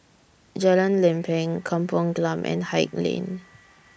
Jalan Lempeng Kampung Glam and Haig Lane